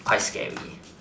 quite scary